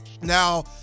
Now